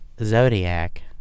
Zodiac